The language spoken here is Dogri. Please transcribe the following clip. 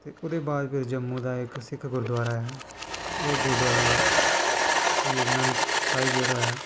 ते ओह्दे बाद कुतै जम्मू दा इक सिख गुरूद्वारा ऐ एह् गुरूद्वारा श्नी नंद साहिब जेह्ड़ा ऐ